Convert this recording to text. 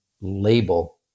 label